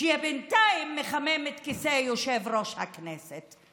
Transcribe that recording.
שבינתיים מחמם את כיסא יושב-ראש הכנסת.